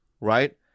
right